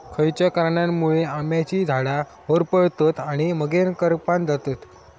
खयच्या कारणांमुळे आम्याची झाडा होरपळतत आणि मगेन करपान जातत?